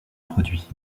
produit